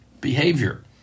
behavior